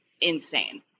insane